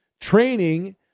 training